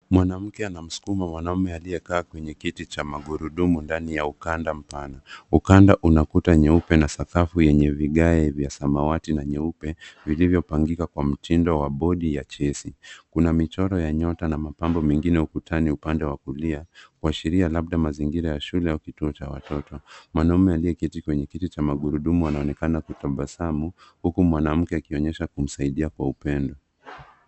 Mwanamke anamsukuma mwanaume aliyekaa kwenye kiti cha magurudumu ndani ya ukanda mpana ,ukanda una kuta nyeupe na sakafu yenye vigae vya samawati na nyeupe vilivyopangika kwa mtindo wa bodi ya chesi, kuna michoro ya nyota na mapambo mengine ukutani upande wa kulia kuashiria labda mazingira ya shule ya kituo cha watoto ,mwanaume aliyeketi kwenye kiti cha magurudumu wanaonekana kutabasamu huku mwanamke akionyesha kumsaidia kwa upendo.